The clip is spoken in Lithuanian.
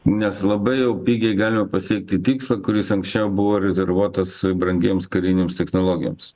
nes labai jau pigiai galima pasiekti tikslą kuris anksčiau buvo rezervuotas brangiems karinėms technologijoms